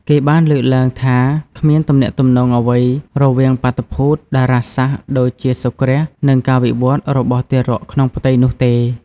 គេបានលើកឡើងថាគ្មានទំនាក់ទំនងអ្វីរវាងបាតុភូតតារាសាស្ត្រដូចជាសូរ្យគ្រាស និងការវិវត្តរបស់ទារកក្នុងផ្ទៃនោះទេ ។